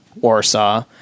Warsaw